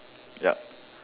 yup